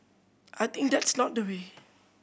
I think that's not the way